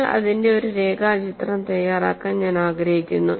നിങ്ങൾ അതിന്റെ ഒരു രേഖാചിത്രം തയ്യാറാക്കാൻ ഞാൻ ആഗ്രഹിക്കുന്നു